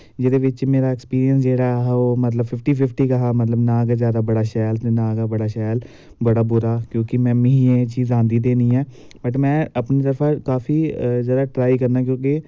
जेह्दे बिच्च मेरा ऐक्सपिरियंस जेह्ड़ा ऐहा ओह् मतलव फिफ्टी फिफ्टी गै हा मतलव ना गै बड़ा शैल ते ना गै बड़ा शैल बड़ा बुरा क्योंकि मैं बी एह् चीज़ आंदी ते नी ऐ बट मैं अपनी तरफा काफी जादा ट्राई करनी पौंदी